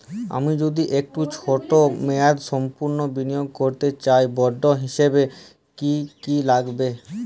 আমি যদি একটু ছোট মেয়াদসম্পন্ন বিনিয়োগ করতে চাই বন্ড হিসেবে কী কী লাগবে?